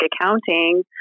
accounting